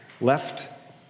left